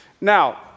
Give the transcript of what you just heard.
Now